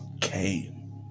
came